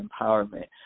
empowerment